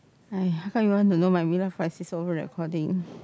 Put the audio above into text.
!aiya! how come you want to know my mid life crisis over recording